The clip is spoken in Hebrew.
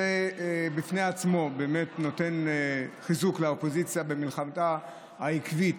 זה בפני עצמו נותן חיזוק לאופוזיציה במלחמתה העקבית